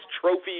trophy